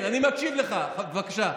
בבקשה.